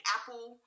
Apple